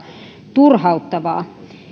turhauttavaa